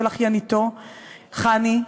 של אחייניתו חני,